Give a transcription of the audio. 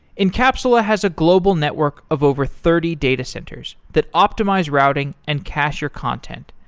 encapsula has a global network of over thirty data centers that optimize routing and cacher content.